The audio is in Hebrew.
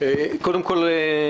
קודם כל,